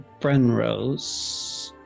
Brenrose